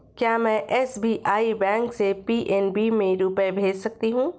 क्या में SBI bank से पी.एन.बी में रुपये भेज सकती हूँ?